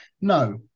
No